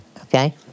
okay